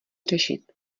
řešit